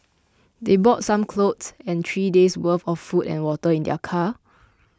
they brought some clothes and three days' worth of food and water in their car